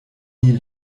nil